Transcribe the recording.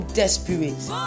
desperate